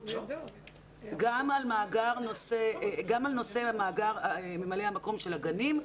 גם על נושא מאגר ממלאי המקום של הגנים.